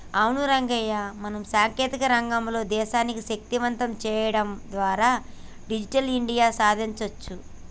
అవును రంగయ్య మనం సాంకేతిక రంగంలో దేశాన్ని శక్తివంతం సేయడం ద్వారా డిజిటల్ ఇండియా సాదించొచ్చు